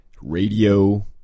radio